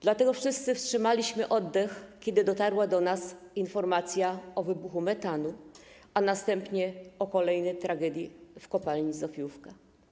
Dlatego wszyscy wstrzymaliśmy oddech, kiedy dotarła do nas informacja o wybuchu metanu, a następnie o kolejnej tragedii w kopalni Zofiówka.